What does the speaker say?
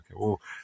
Okay